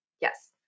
Yes